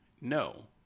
no